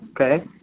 okay